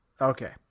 okay